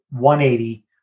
180